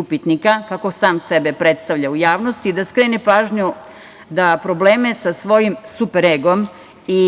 upitnika, kako sam sebe predstavlja u javnosti, da skrene pažnju da probleme sa svojim super egom i